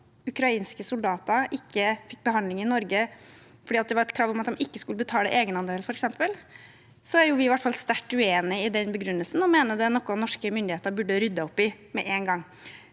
ukrainske soldater ikke fikk behandling i Norge var krav om at de ikke skulle betale egenandelen, f.eks., er vi i hvert fall sterkt uenig i den begrunnelsen og mener det er noe norske myndigheter burde ryddet opp i med en gang.